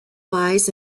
lies